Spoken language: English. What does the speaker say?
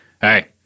hey